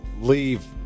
leave